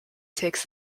takes